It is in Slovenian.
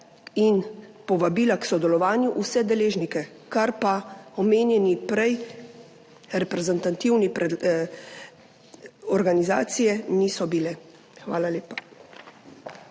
in povabila k sodelovanju vse deležnike, kar pa prej omenjene reprezentativne organizacije niso bile. Hvala lepa.